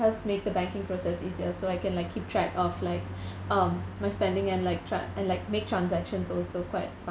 helps make the banking process easier so I can like keep track of like um my spending and like tra~ and like make transactions also quite